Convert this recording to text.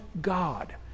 god